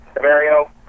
Mario